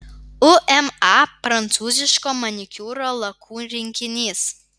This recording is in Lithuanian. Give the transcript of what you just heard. uma prancūziško manikiūro lakų rinkinys